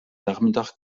nachmittag